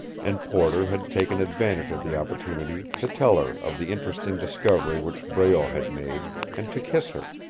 and porter had taken advantage of the opportunity to tell her of the interesting discovery which breault had made and to kiss her.